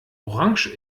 orange